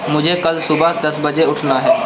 مجھے کل صبح دس بجے اٹھنا ہے